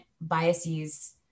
biases